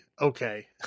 okay